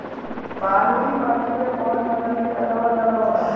बालुई माटी में कौन फसल के पैदावार ज्यादा होला?